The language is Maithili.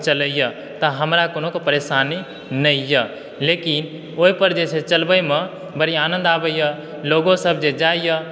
चलैया तऽ हमरा कोनो परेशानी नहि यऽ लेकिन ओहि पर जे छै चलबय मे बड़ी आनंद आबैया लोको सब जे जाइया